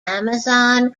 amazon